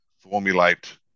formulate